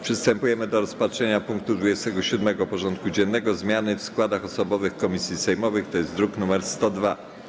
Przystępujemy do rozpatrzenia punktu 27. porządku dziennego: Zmiany w składach osobowych komisji sejmowych (druk nr 102)